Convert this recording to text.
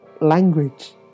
language